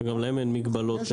שגם להם אין מגבלות.